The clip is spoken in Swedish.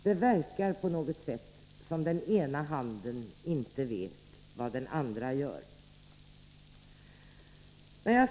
Det verkar på något sätt som att den ena handen inte vet vad den andra gör.